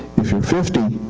if youire fifty